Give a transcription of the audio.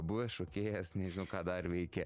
buvęs šokėjas nežinau ką dar veiki